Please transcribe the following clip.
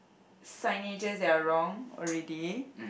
signages that are wrong already